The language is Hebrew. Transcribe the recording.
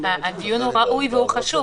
הדיון הוא ראוי וחשוב.